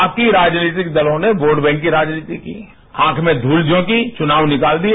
बाकी राजनीतिक दलों ने वोट बैंक की राजनीति की आंख में धूल झॉकी चुनाव निकाल दिए